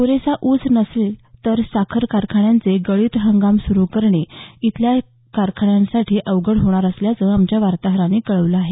पुरेसा ऊस नसेल तर साखर कारखान्यांचे गळीत हंगाम सुरु करणे इथल्या कारखान्यांसाठी अवघड होणार असल्याचं आमच्या वार्ताहारानं कळवलं आहे